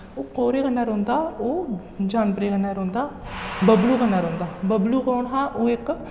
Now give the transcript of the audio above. ओह् ओह्दे कन्नै रौंह्दा ओह् जानवरै कन्नै रौंह्दा बबलू कन्नै रौंह्दा बबलू कौन हा ओह् इक